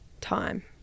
time